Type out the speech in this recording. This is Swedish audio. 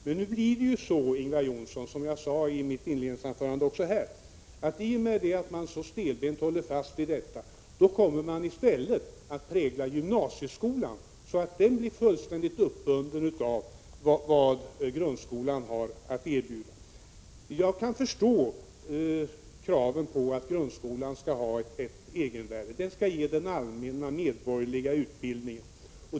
Men som jag sade i mitt inledningsanförande kommer man — när man så stelbent håller fast vid detta — i stället att prägla gymnasieskolan, så att den blir fullständigt uppbunden av vad grundskolan har att erbjuda. Jag kan förstå kraven på att grundskolan skall ha ett egenvärde — den skall ge den allmänna, medborgerliga utbildningen.